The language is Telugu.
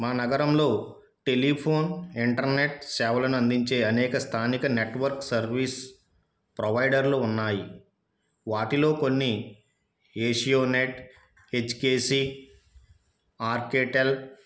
మా నగరంలో టెలిఫోన్ ఇంటర్నెట్ సేవలను అందించే అనేక స్థానిక నెట్వర్క్ సర్వీస్ ప్రొవైడర్లు ఉన్నాయి వాటిలో కొన్ని ఏషియో నెట్ హెచ్కేసీ ఆర్కేటెల్